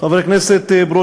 חבר הכנסת ברושי,